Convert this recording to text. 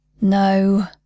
No